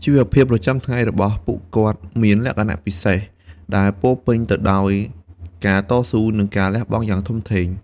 ជីវភាពប្រចាំថ្ងៃរបស់ពួកគាត់មានលក្ខណៈពិសេស ដែលពោរពេញទៅដោយការតស៊ូ និងការលះបង់យ៉ាងធំធេង។